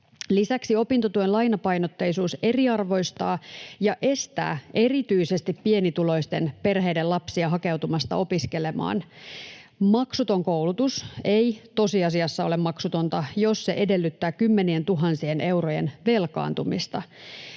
Lisäksi opintotuen lainapainotteisuus eriarvoistaa ja estää erityisesti pienituloisten perheiden lapsia hakeutumasta opiskelemaan. Maksuton koulutus ei tosiasiassa ole maksutonta, jos se edellyttää kymmenientuhansien eurojen velkaantumista.